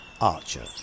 archer